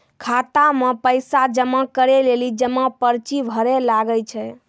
खाता मे पैसा जमा करै लेली जमा पर्ची भरैल लागै छै